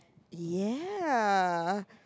ya